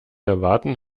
erwarten